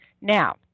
Now